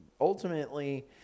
ultimately